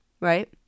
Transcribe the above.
right